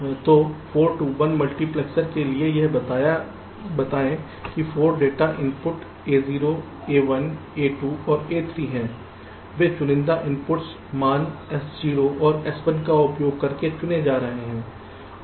तो 4 to 1 multiplexer के लिए यह बताएं कि 4 data input A0 A1 A2 और A3 हैं वे चुनिंदा इनपुट मान S0 और S1 का उपयोग करके चुने जा रहे हैं और एक आउटपुट F है